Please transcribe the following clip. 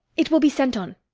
it will be sent on.